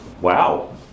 Wow